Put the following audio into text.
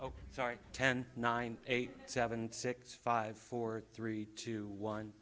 ok sorry ten nine eight seven six five four three two one